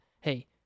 hey